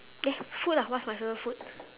eh food ah what's my favourite food